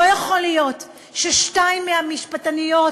לא יכול להיות ששתיים מהמשפטניות